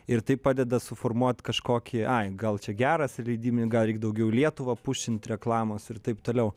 ir tai padeda suformuot kažkokį ai gal čia geras leidybinį gal reik daugiau į lietuvą pusint reklamas ir taip toliau